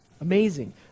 Amazing